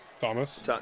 Thomas